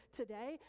today